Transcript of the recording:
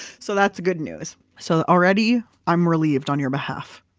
so that's good news. so already, i'm relieved on your behalf.